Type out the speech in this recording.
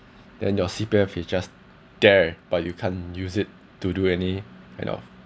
then your C_P_F is just there but you can't use it to do any kind of